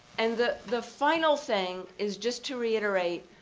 and the the final thing is just to reiterate,